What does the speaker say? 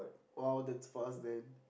!wow! that's fast then